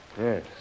Yes